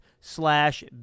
slash